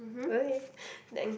okay thank~